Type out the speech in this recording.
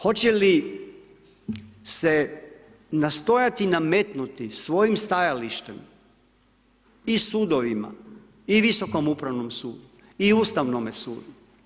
Hoće li se nastojati nametnuti svojim stajalištem i sudovima i Visokom upravom sudu i Ustavnome sudu?